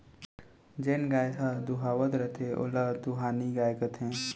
जेन गाय ह दुहावत रथे ओला दुहानी गाय कथें